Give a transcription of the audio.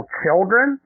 children